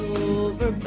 over